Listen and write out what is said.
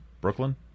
Brooklyn